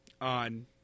on